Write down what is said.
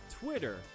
Twitter